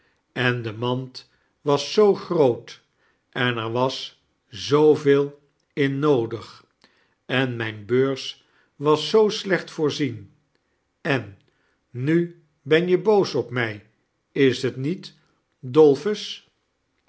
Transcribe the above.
en de mand was zoo groot en er was zooveel in noodig en mijne beurs was zoo slecht voorzien en nu ben je boos op mij is t niet dolphus